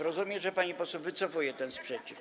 Rozumiem, że pani poseł wycofuje ten sprzeciw.